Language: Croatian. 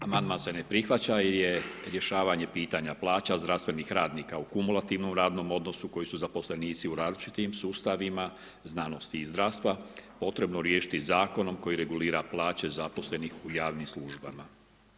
Amandman se ne prihvaća jer rješavanje pitanja plaća zdravstvenih radnika u kumulativnom radnom odnosu koji su zaposlenici u različitim sustavima znanosti i zdravstva potrebno riješiti zakonom koji regulira plaće zaposlenih u javnim službama.